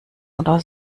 oder